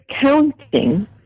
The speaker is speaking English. counting